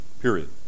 period